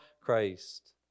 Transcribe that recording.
Christ